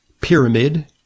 pyramid